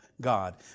God